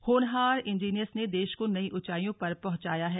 होनहार इंजीनियर्स ने देश को नई ऊंचाईयों पर पहुंचाया है